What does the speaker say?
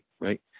right